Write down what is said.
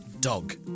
dog